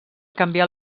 canviar